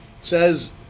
says